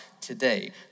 today